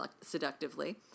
seductively